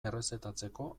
errezetatzeko